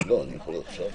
אני רוצה לומר כך.